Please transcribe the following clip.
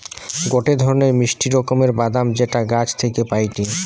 গটে ধরণের মিষ্টি রকমের বাদাম যেটা গাছ থাকি পাইটি